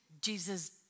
Jesus